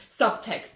subtext